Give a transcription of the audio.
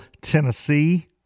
Tennessee